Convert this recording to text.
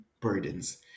burdens